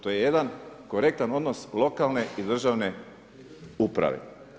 To je jedan korektan odnos lokalne i državne uprave.